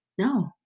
No